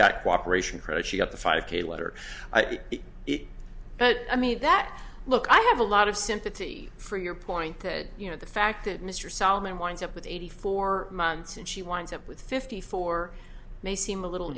got cooperation credit she got the five k letter but i mean that look i have a lot of sympathy for your point that you know the fact that mr solomon winds up with eighty four months and she winds up with fifty four may seem a little